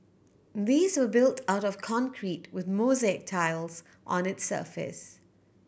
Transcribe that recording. these were built out of concrete with mosaic tiles on its surface